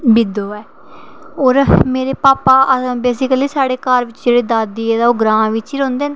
बिद्दो ऐ होर मेरे भापा बेसीकली साढ़े घर जेह्ड़ी दादी ऐ ओह् ग्रांऽ बिच रौंहदे न